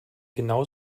genau